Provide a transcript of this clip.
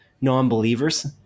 non-believers